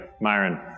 myron